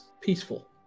peaceful